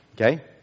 okay